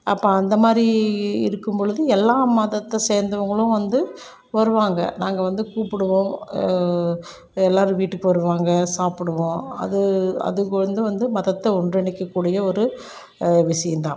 அப்போ அந்த மாதிரி இருக்கும்பொழுது எல்லா மதத்தை சேர்ந்தவங்களும் வந்து வருவாங்க நாங்கள் வந்து கூப்பிடுவோம் எல்லாரும் வீட்டுக்கு வருவாங்க சாப்பிடுவோம் அது அதுக்கு வந்து வந்து மதத்தை ஒன்றிணைக்கக்கூடிய ஒரு விஷயந்தான்